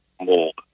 mold